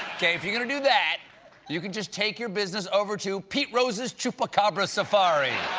okay, if you're going to do that you can just take your business over to pete rose's chupacabra safari.